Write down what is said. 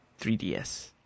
3DS